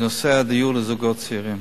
בנושא הדיור לזוגות צעירים.